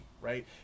right